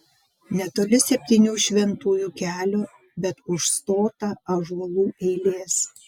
netoli septynių šventųjų kelio bet užstotą ąžuolų eilės